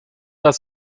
das